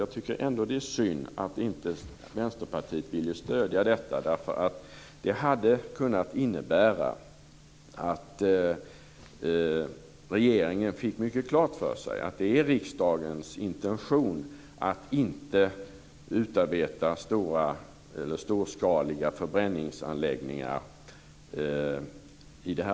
Jag tycker ändå att det är synd att inte Vänsterpartiet ville stödja detta. Det hade kunnat innebära att regeringen fått mycket klart för sig att det är riksdagens intention att inte utarbeta storskaliga förbränningsanläggningar i Sverige.